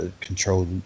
control